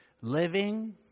Living